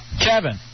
Kevin